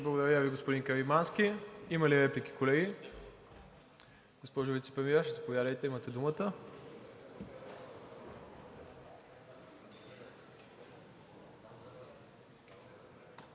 Благодаря Ви, господин Каримански. Има ли реплики, колеги? Госпожо Вицепремиер, заповядайте, имате думата.